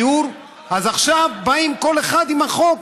אז עכשיו בא כל אחד עם החוק.